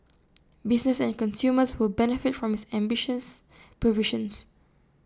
business and consumers will benefit from its ambitious provisions